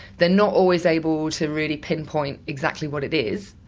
they're not always able to really pinpoint exactly what it is,